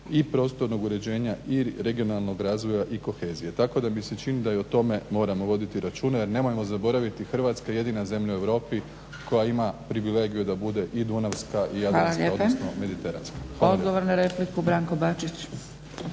i prostornog uređenja i regionalnog razvoja i kohezije. Tako da mi se čini da i o tome moramo voditi računa jer nemojmo zaboraviti, Hrvatska je jedina zemlja u Europi koja ima privilegiju da bude i dunavska i jadranska, odnosno mediteranska. **Zgrebec, Dragica (SDP)** Hvala lijepa. Odgovor na repliku, Branko Bačić.